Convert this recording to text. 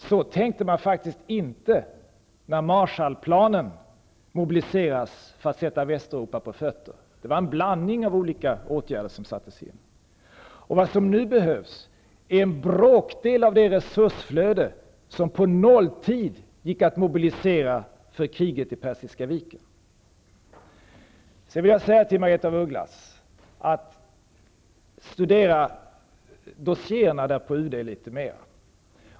Så tänkte man faktiskt inte när Västeuropa på fötter. Det var en blandning av olika åtgärder som sattes in. Vad som nu behövs är en bråkdel av det resursflöde som på nolltid gick att mobilisera för kriget vid Persiska viken. Sedan vill jag uppmana Margaretha af Ugglas att studera dossierna på UD litet mera.